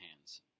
hands